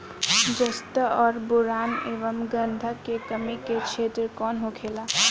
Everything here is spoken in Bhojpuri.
जस्ता और बोरान एंव गंधक के कमी के क्षेत्र कौन होखेला?